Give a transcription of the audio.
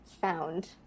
found